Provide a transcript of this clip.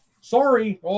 Sorry